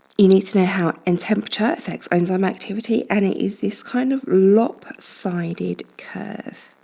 you need to know how and temperature affects enzyme activity, and it is this kind of lopsided curve.